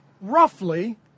roughly